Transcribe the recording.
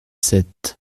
sept